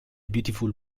beautiful